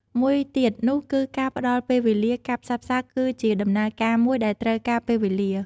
មួយទៀតនោះគឺការផ្ដល់ពេលវេលា ការផ្សះផ្សាគឺជាដំណើរការមួយដែលត្រូវការពេលវេលា។